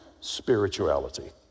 Spirituality